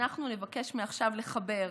אנחנו נבקש מעכשיו לחבר,